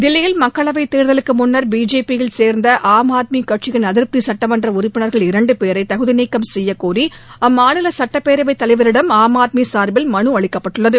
தில்லியில் மக்களவைத் தேர்தலுக்கு முன்னர் பிஜேபியில் சேர்ந்த ஆம் ஆத்மி கட்சியின் அதிருப்தி சுட்டமன்ற உறுப்பினர்கள் இரண்டு பேரை தகுதிநீக்கம் செய்யக்கோரி அம்மாநில சட்டப்பேரவைத் தலைவரிடம் ஆம் ஆத்மி சார்பில் மனு அளிக்கப்பட்டுள்ளது